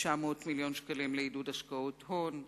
900 מיליון שקלים לעידוד השקעות הון,